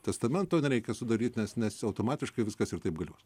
testamento nereikia sudaryt nes nes automatiškai viskas ir taip galios